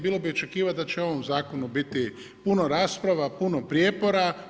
Bilo bi očekivati da će o ovom Zakonu biti puno rasprave, puno prijepora.